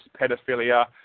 pedophilia